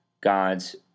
God's